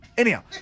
Anyhow